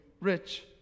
rich